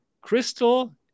crystal